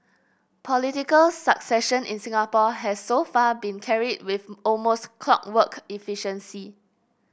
political succession in Singapore has so far been carried with almost clockwork efficiency